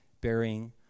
bearing